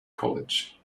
college